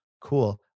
cool